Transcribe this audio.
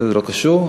זה לא קשור,